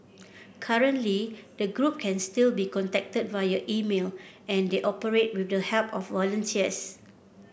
currently the group can still be contacted via email and they operate with the help of volunteers